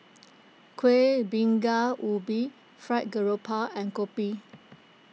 Kuih Bingka Ubi Fried Grouper and Kopi